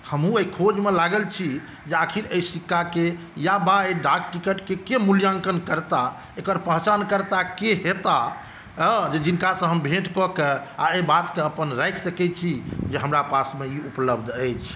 हमहुँ एहि खोजमे लागल छी जे आखिर एहि सिक्काकेँ या वा ई डाक टिकटके केँ मूल्याङ्कन करता एकर पहचानकर्ता के हेता हँ जिनकासे हम भेंट कए कऽ आओर एहि बातके अपन राखि सकै छी जे हमरा पासमे ई उपलब्ध अछि